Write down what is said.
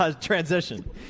Transition